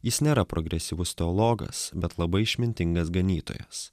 jis nėra progresyvus teologas bet labai išmintingas ganytojas